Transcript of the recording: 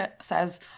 says